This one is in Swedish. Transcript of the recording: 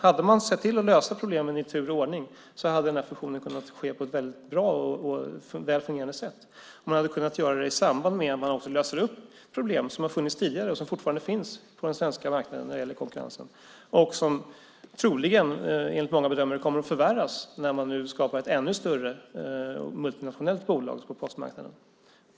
Hade man sett till att lösa problemen i tur och ordning hade fusionen kunnat ske på ett väldigt bra och väl fungerande sätt. Man hade kunnat göra det i samband med att man löser upp problem som har funnits tidigare och som fortfarande finns på den svenska marknaden när det gäller konkurrensen och som troligen enligt många bedömare kommer att förvärras när man nu skapar ett ännu större multinationellt bolag på postmarknaden.